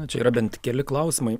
na čia yra bent keli klausimai